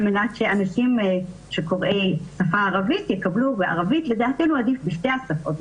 על מנת שקוראי השפה הערבית יקבלו בערבית לדעתנו עדיף בשתי השפות,